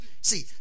See